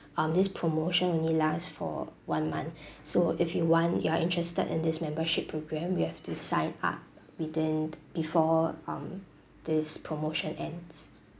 um this promotion only lasts for one month so if you want you're interested in this membership programme you have to sign up within before um this promotion ends